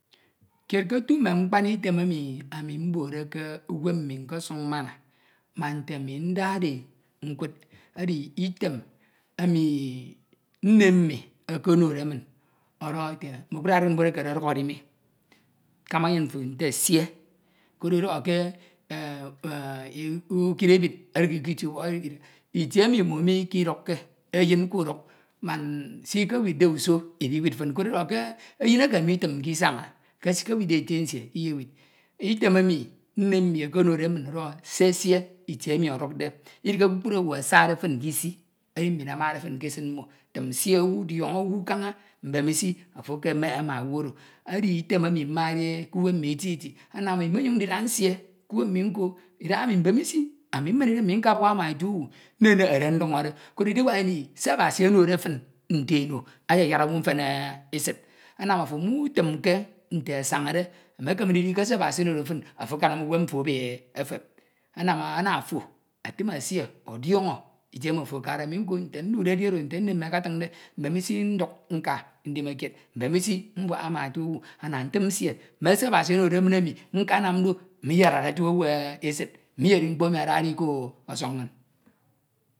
Kied ke otu mme mkpan Item emi nkobode k’uwem nkosuk mmana ma nte ami ndade e ekud edi etem emi nne mmi okonode min ọdọhọde ete mokud arimbud emi ọdọduk edi mi kama anyin mfo nfe sùe koro edọhọ ete enh enh ke ukid ebid edihi kitie ubọk edihide. Itie emi Imo mikọdukke eyin kuduk man se Ikewidde uso Idiwid fin koro edọhọ ke eyin eke mitimke Isaña ke sikewidde ete nsie Iyewid e, Item emi nne mmi okonode min ọdọhọ ete sesie etee emi ọdukde, Idihe kpukpru owu asakde fin kisi edi mbin amade fin ke esid mmo, fin sie owu, diọñọ owu kaña mbemisi ofo ekemehe ma owu oro, edi Item emi mmade eti eti k’uwem mmi eti eti, ami nnyuñ ndida nsie uwem mmi nko Idahaemi mbemisi ami mmem Idem mmi nkabuaha ma otu owu nnenehede ndieñe ehọde koro ediwao Ini se Abasi onode fin nte eno ayayad owu mfen esid anam afo mutinike ate asanade mekeme ndidi ke se Abasi onode fin afo akanam uwem mfo ebe efep, anam ana afo etim esie ofọñọ Itie emi ofo atade, ami nko nte ntude edi oro nte nne mmi akatiñde mbemisi nduk nka ndimekied, mbemisi mbuaha ma otu owu ana ntim nsie me se Abasi onode min emi nkanam do me Iyedad otu owu esid me Iyedi mkpo emi adade Iko ỌSỌR Inñ.